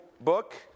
book